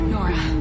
Nora